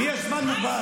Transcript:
לי יש זמן מוגבל.